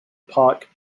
park